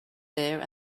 there